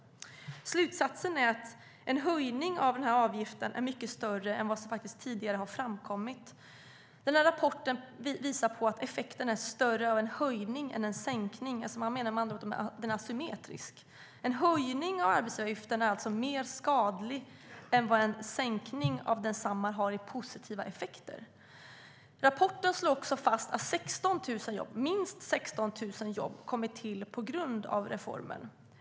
Slutsatsen är att effekterna av en höjning av avgiften är mycket större än vad som tidigare har framkommit. Rapporten visar att effekterna av en höjning är större än av en sänkning - de är med andra ord asymmetriska. En höjning av arbetsgivaravgiften är alltså mer skadlig än vad en sänkning av densamma ger i positiva effekter.I rapporten slås också fast att minst 16 000 jobb kommit till på grund av reformen.